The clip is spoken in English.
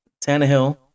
Tannehill